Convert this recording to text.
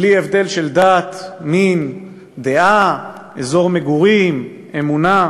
בלי הבדל של דת, מין, דעה, אזור מגורים, אמונה.